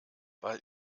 weil